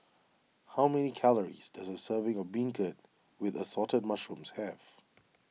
how many calories does a serving of Beancurd with Assorted Mushrooms have